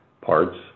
parts